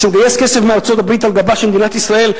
שמגייס כסף מארצות-הברית על גבה של מדינת ישראל,